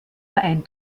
verein